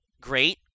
great